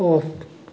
off